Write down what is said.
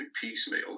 piecemeal